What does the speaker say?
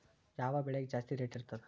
ಯಾವ ಬೆಳಿಗೆ ಜಾಸ್ತಿ ರೇಟ್ ಇರ್ತದ?